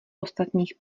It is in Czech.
ostatních